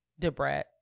Debrat